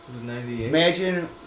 Imagine